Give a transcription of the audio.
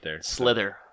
Slither